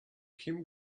came